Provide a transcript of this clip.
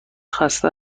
خسته